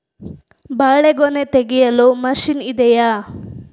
ಬಾಳೆಗೊನೆ ತೆಗೆಯಲು ಮಷೀನ್ ಇದೆಯಾ?